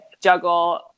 juggle